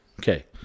Okay